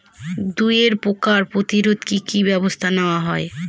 দুয়ে পোকার প্রতিরোধে কি কি ব্যাবস্থা নেওয়া হয়?